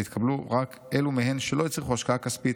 והתקבלו רק אלו מהן שלא הצריכו השקעה כספית.